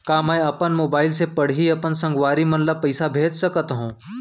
का मैं अपन मोबाइल से पड़ही अपन संगवारी मन ल पइसा भेज सकत हो?